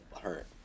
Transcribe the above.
Hurt